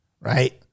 right